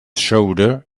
shoulder